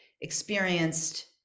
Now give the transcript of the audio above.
experienced